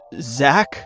Zach